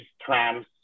trams